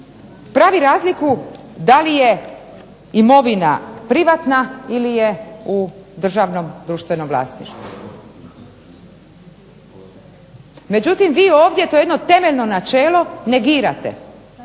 pravi razliku da li je imovina privatna ili je u državnom društvenom vlasništvu Međutim vi ovdje to je jedno temeljno načelo negirate.